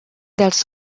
dels